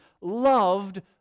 loved